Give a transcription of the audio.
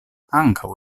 ankaŭ